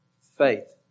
faith